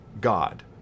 God